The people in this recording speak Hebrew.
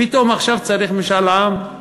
פתאום עכשיו צריך משאל עם?